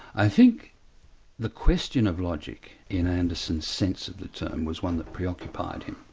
i think the question of logic in anderson's sense of the term, was one that preoccupied him